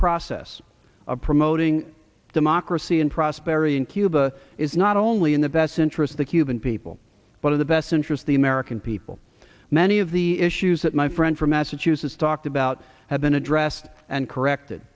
process of promoting democracy and prosperity in cuba is not only in the best interest of the cuban people but of the best interests the american people many of the issues that my friend from massachusetts talked about have been addressed and correct